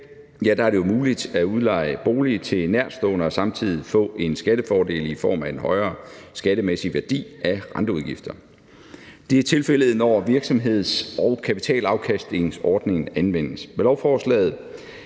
I dag er det jo muligt at udleje bolig til en nærtstående og samtidig få en skattefordel i form af en højere skattemæssig værdi af renteudgifter. Det er tilfældet, når virksomheds- og kapitalafkastordningen anvendes. Med lovforslaget